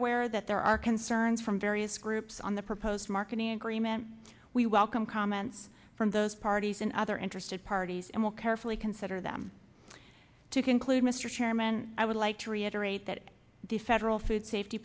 aware that there are concerns from various groups on the proposed marketing agreement we welcome comments from those parties and other interested parties and will carefully consider them to conclude mr chairman i would like to reiterate that the federal food safety